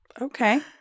Okay